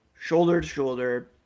shoulder-to-shoulder